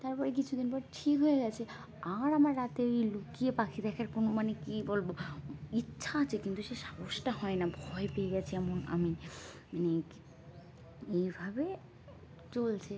তার পরে কিছুদিন পর ঠিক হয়ে গেছে আর আমার রাতে ওই লুকিয়ে পাখি দেখার কোনো মানে কী বলব ইচ্ছা আছে কিন্তু সে সাহসটা হয় না ভয় পেয়ে গেছি এমন আমি মানে কী এইভাবে চলছে